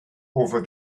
over